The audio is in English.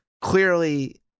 clearly